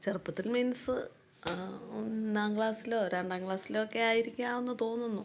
ചെറുപ്പത്തിൽ മീൻസ് ഒന്നാം ക്ലാസിലോ രണ്ടാം ക്ലാസിലോ ഒക്കെ ആയിരിക്കാമെന്ന് തോന്നുന്നു